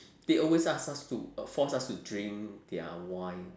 they always ask us to force us to drink their wine